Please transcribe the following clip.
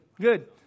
good